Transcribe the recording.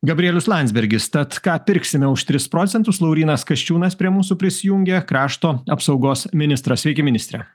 gabrielius landsbergis tad ką pirksime už tris procentus laurynas kasčiūnas prie mūsų prisijungė krašto apsaugos ministras sveiki ministre